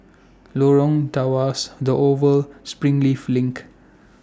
Lorong Tawas The Oval Springleaf LINK